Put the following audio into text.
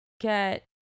get